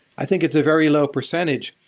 i think it's a very low percentage.